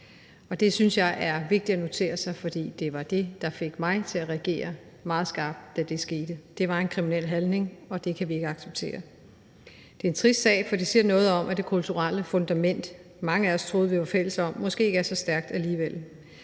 jeg er vigtigt at notere sig, for det var det, der fik mig til at reagere meget skarpt, da det skete. Det var en kriminel handling, og det kan vi ikke acceptere. Det er en trist sag, for det siger noget om, at det kulturelle fundament, mange af os troede vi var fælles om, måske ikke er så stærkt alligevel.